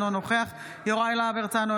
אינו נוכח יוראי להב הרצנו,